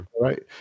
Right